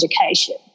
education